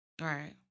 Right